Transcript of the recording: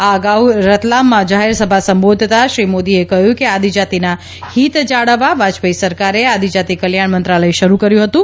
આ અગાઉ રતલામમાં જાહેરસભા સંબોધતાં શ્રી મોદીએ કહ્યું કે આદિજાતિના હીત જાળવવા વાજપાઇ સરકારે આદિજાતિ કલ્યાણ મંત્રાલય શરૂ કર્યું હતું